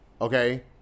Okay